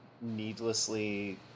needlessly